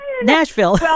nashville